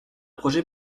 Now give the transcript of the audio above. projet